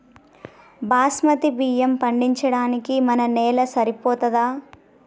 బాస్మతి బియ్యం పండించడానికి మన నేల సరిపోతదా?